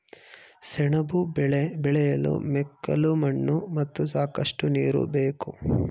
ಸೆಣಬು ಬೆಳೆ ಬೆಳೆಯಲು ಮೆಕ್ಕಲು ಮಣ್ಣು ಮತ್ತು ಸಾಕಷ್ಟು ನೀರು ಬೇಕು